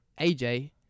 AJ